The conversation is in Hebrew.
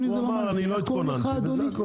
הוא אמר: אני לא התכוננתי, וזה הכול.